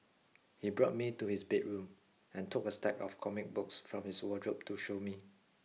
he brought me to his bedroom and took a stack of comic books from his wardrobe to show me